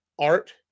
Art